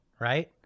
right